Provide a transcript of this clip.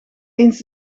eens